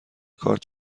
کارت